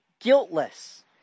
Guiltless